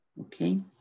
okay